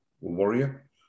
warrior